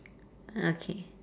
okay